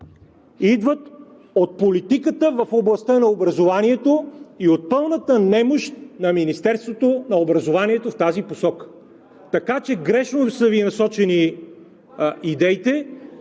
Идват от политиката в областта на образованието и от пълната немощ на Министерството на образованието в тази посока. Така че грешно са Ви насочени идеите.